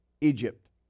Egypt